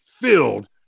filled